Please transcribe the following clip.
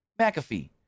McAfee